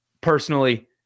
personally